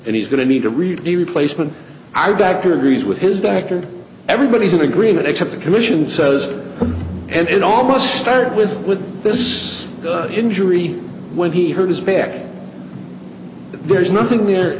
and he's going to need to read the replacement i backed or agrees with his doctor everybody's an agreement except the commission says and it almost started with with this injury when he hurt his back there's nothing there